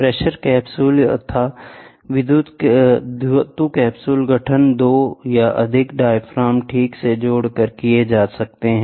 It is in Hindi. प्रेशर कैप्सूल या धातु कैप्सूल का गठन दो या अधिक डायाफ्राम ठीक से जोड़कर किया जा सकता है